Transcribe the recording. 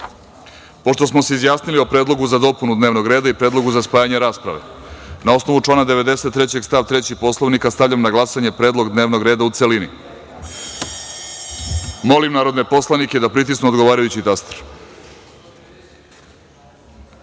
smo se izjasnili o predlogu za dopunu dnevnog reda i predlogu za spajanje rasprave, na osnovu člana 93. stav 3. Poslovnika Narodne skupštine, stavljam na glasanje predlog dnevnog reda, u celini. Molim narodne poslanike da pritisnu odgovarajući taster